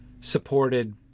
supported